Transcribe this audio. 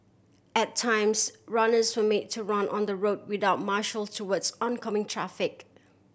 at times runners were made to run on the road without marshal towards oncoming traffic